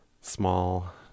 small